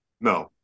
No